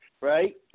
Right